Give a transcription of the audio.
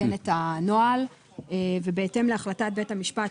בהתאם להחלטת בית המשפט,